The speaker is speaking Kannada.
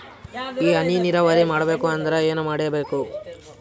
ಈ ಹನಿ ನೀರಾವರಿ ಮಾಡಬೇಕು ಅಂದ್ರ ಏನ್ ಮಾಡಿರಬೇಕು?